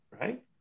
right